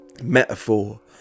metaphor